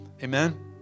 Amen